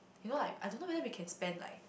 you know like I don't know whether we can spend like